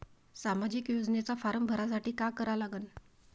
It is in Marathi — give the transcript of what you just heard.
सामाजिक योजनेचा फारम भरासाठी का करा लागन?